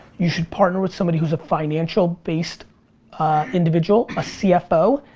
you should partner with somebody who's a financial based individual, a cfo.